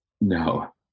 No